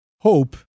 hope